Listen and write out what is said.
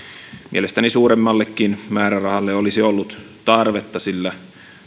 mielestäni suuremmallekin määrärahalle olisi ollut tarvetta sillä